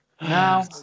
Now